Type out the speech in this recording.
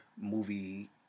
movie